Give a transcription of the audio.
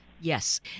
Yes